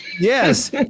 Yes